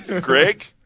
greg